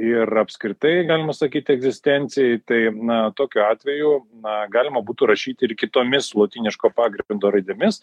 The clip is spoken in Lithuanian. ir apskritai galima sakyti egzistencijai tai na tokiu atveju na galima būtų rašyti ir kitomis lotyniško pagrindo raidėmis